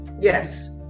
yes